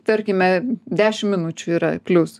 tarkime dešim minučių yra plius